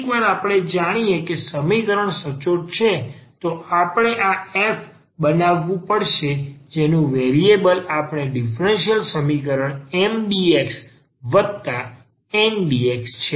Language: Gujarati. એકવાર આપણે જાણીએ કે સમીકરણ સચોટ છે તો આપણે આ f બનાવવું પડશે જેનું વેરિએબલ ન આપેલ ડીફરન્સીયલ સમીકરણ MdxNdy છે